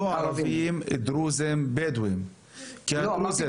לא ערבים, דרוזים ובדואים, כי הדרוזים